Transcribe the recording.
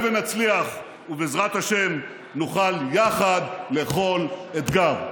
נעלה ונצליח, ובעזרת השם, נוכל יחד לכל אתגר.